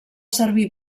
servir